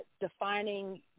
defining